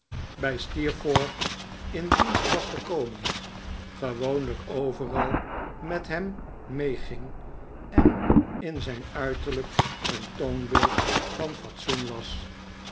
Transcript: forth in dienst was gekomen gewoonlijk overal met hem meeging en in zijn uiteflijk een toonbeeld van fatsoen was